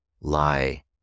lie